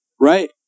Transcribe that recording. Right